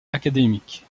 académique